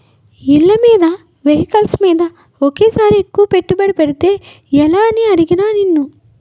ఇళ్ళమీద, వెహికల్స్ మీద ఒకేసారి ఎక్కువ పెట్టుబడి పెడితే ఎలా అని అడిగానా నిన్ను